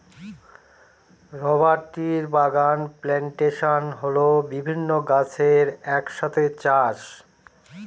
rubber ট্রির বাগান plantation হল বিভিন্ন গাছের এক সাথে চাষ